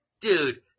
Dude